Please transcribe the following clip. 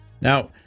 Now